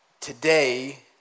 today